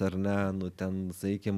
ar ne nu ten sakykim